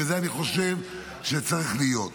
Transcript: ואני חושב שזה צריך להיות.